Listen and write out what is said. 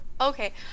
okay